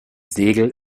segel